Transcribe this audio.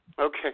Okay